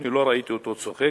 אני לא ראיתי אותו צוחק,